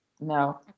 no